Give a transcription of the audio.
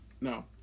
no